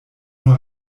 nur